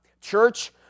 church